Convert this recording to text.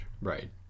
Right